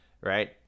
right